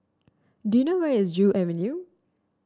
do you know where is Joo Avenue